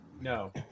no